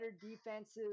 defensive